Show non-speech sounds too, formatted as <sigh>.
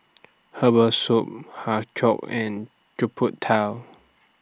Herbal Soup Har Kow and <unintelligible>